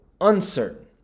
uncertain